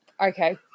Okay